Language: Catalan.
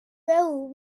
beu